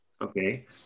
Okay